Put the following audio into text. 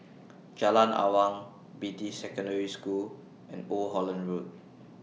Jalan Awang Beatty Secondary School and Old Holland Road